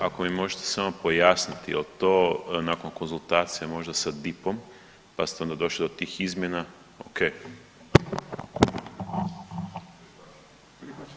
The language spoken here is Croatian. Ako mi možete samo pojasniti jel to nakon konzultacija možda sa DIP-om pa ste onda došli do tih izmjena, ok.